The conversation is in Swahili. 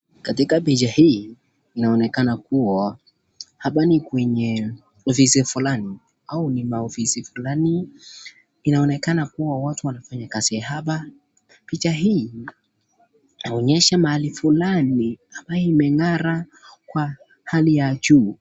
Katika picha hii inaonekana kuwa hapa ni kwenye ofisi fulani au ni maofisi fulani. Inaonekana kuwa watu wanafanya kazi hapa. Picha hii inaonyesha mahali fulani ambaye imeng'ara kwa hali ya juu.